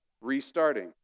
restarting